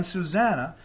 Susanna